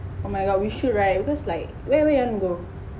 oh my god we should right because like where where you want to go